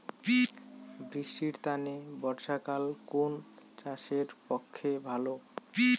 বৃষ্টির তানে বর্ষাকাল কুন চাষের পক্ষে ভালো?